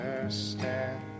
understand